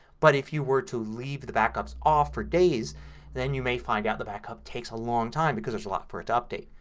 but if you were to leave the backups off for days then you may find out that the backup takes a long time because there's a lot for it to update.